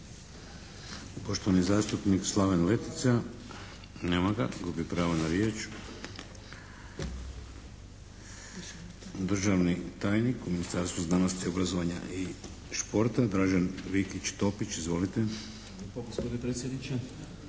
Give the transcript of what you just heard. Poštovani zastupnik Slaven Letica. Nema ga. Gubi pravo na riječ. Državni tajnik u Ministarstvu znanosti, obrazovanja i športa Dražen Vikić Topić. Izvolite. **Vikić Topić,